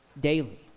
daily